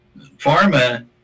pharma